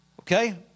okay